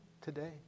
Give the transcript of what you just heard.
today